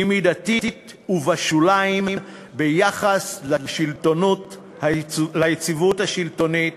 היא מידתית ובשוליים ביחס ליציבות השלטונית,